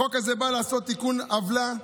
החוק הזה בא לעשות תיקון עוולה.